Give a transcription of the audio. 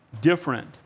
different